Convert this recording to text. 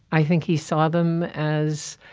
i think he saw them as